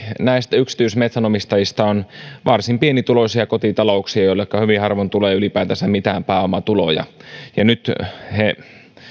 näistä yksityismetsänomistajista ovat varsin pienituloisia kotitalouksia joilleka hyvin harvoin tulee ylipäätänsä mitään pääomatuloja ja nyt he